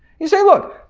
you say look,